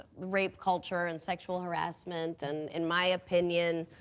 rape culture and sexual harassment. and in my opinion,